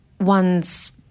one's